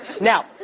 Now